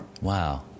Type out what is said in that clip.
wow